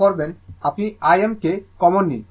তারপর আপনি যা করবেন আপনি Im কে কমন নিন